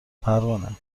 پروانه